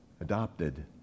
adopted